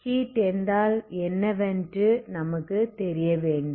heat என்றால் என்னவென்று நமக்கு தெரிய வேண்டும்